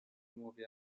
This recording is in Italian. nuove